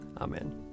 Amen